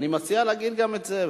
אז אני מציע להגיד גם את זה,